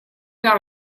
dans